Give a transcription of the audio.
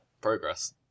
Progress